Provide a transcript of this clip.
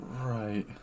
Right